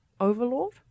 overlord